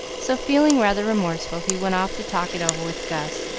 so, feeling rather remorseful, he went off to talk it over with gus,